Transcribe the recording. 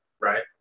Right